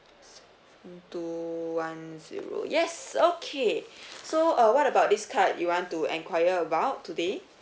two one zero yes okay so uh what about this card you want to enquire about today